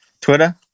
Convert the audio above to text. Twitter